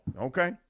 okay